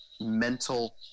mental